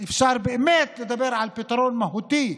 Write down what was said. אפשר באמת לדבר על פתרון מהותי,